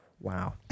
Wow